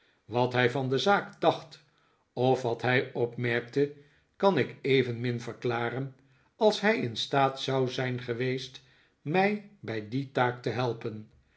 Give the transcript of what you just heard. wat hij van de zaak dacht of wat hij opmerkte kan ik evenmin verklaren als hij in staat zou zijn geweest mij bij die taak te helpen